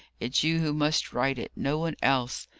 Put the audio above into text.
it's you who must write it no one else